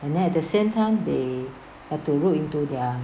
and then at the same time they have to look into their